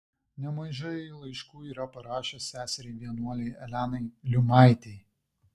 nemažai laiškų yra parašęs seseriai vienuolei elenai liuimaitei